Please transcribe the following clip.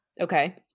Okay